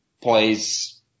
plays